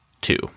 two